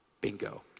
Bingo